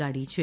કાઢી છે